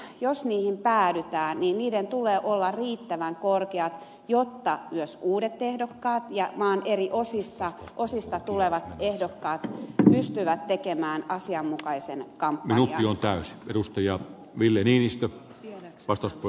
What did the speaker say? kampanjakattojen jos niihin päädytään tulee olla riittävän korkeat jotta myös uudet ehdokkaat ja maan eri osista tulevat ehdokkaat pystyvät tekemään asianmukaisen kaa minulle jotain edustaja ville niinistö on kampanjan